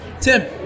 Tim